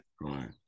Right